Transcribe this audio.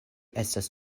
estas